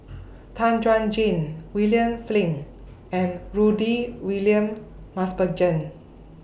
Tan Chuan Jin William Flint and Rudy William Mosbergen